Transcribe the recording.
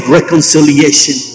reconciliation